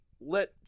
let